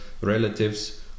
relatives